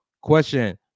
question